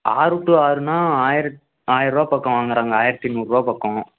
ஆறு டு ஆறுன்னால் ஆயிரத் ஆயிரூபா பக்கம் வாங்குறாங்க ஆயிரத்தி நூறு ரூபா பக்கம்